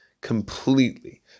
completely